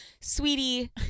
sweetie